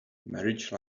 marriage